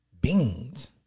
beans